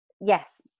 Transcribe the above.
yes